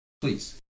Please